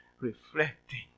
reflecting